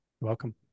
Welcome